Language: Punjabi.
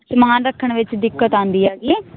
ਸਮਾਨ ਰੱਖਣ ਵਿੱਚ ਦਿੱਕਤ ਆਉਂਦੀ ਹੈਗੀ